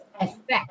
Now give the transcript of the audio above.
effect